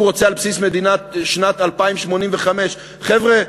רוצה על בסיס מדינת שנת 2085. חבר'ה,